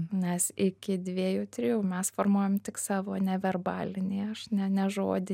nes iki dviejų trijų mes formuojam tik savo neverbalinį aš ne ne žodį